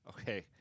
Okay